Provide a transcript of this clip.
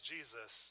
Jesus